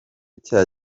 cya